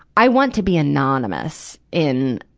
i want to be anonymous in,